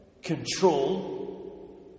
control